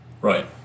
Right